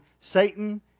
Satan